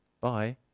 Bye